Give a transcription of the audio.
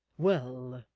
well!